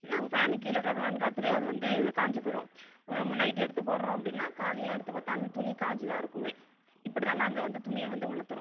நாங்கள் ஃபேனுக்கு கீழே ஃபேன் காற்றுலையே அது வந்து காஞ்சு போய்விடும் நைட்டு எடுத்து போடுகிறோம் அப்படினா காலையில் எடுத்து பார்த்தா அந்த துணி காஞ்சு தான் இருக்குமே இப்படி தான் நாங்கள் வந்து துணியை வந்து உலர்த்துகிறோம்